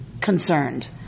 concerned